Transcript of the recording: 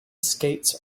skates